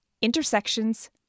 Intersections